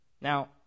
Now